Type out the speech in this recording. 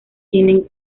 tienen